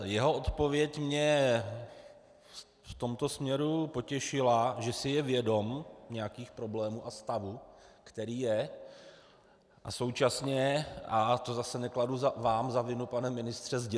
Jeho odpověď mě v tomto směru potěšila, že si je vědom nějakých problémů a stavu, který je, a současně, a to zase nekladu vám za vinu, pane ministře, zděsila.